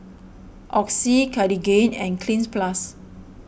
Oxy Cartigain and Cleanz Plus